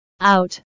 out